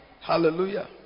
Hallelujah